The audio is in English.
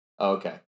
Okay